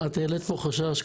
את העלית כאן חשש.